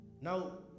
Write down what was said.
now